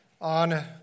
on